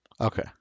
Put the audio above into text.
Okay